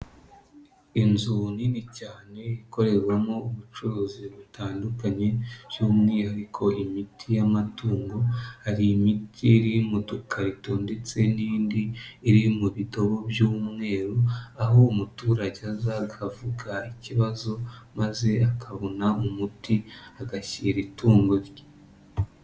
Inzu nini cyane ikorerwamo ubucuruzi butandukanye by'umwihariko imiti y'amatungo, hari imiti iri mu dukarito ndetse n'indi iri mu bidobo by'umweru, aho umuturage azakavuga ikibazo maze akabona umuti agashyira itungo rye.